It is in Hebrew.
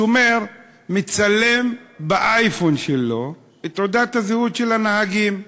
השומר מצלם באייפון שלו את תעודת הזהות של הנהגים.